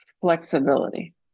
flexibility